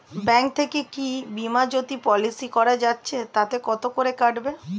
Bank থেকে কী বিমাজোতি পলিসি করা যাচ্ছে তাতে কত করে কাটবে?